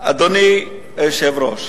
אדוני היושב-ראש,